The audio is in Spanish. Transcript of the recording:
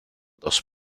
dos